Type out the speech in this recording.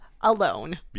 alone